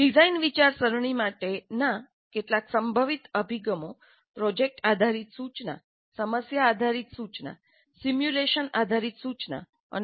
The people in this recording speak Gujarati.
ડિઝાઇન વિચારસરણી માટેના કેટલાક સંભવિત અભિગમો પ્રોજેક્ટ આધારિત સૂચના સમસ્યા આધારિત સૂચના સિમ્યુલેશન આધારિત સૂચના અને સૂચના માટેના પ્રાયોગિક અભિગમ હશે